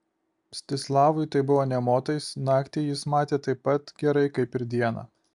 mstislavui tai buvo nė motais naktį jis matė taip pat gerai kaip ir dieną